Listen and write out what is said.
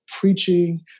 preaching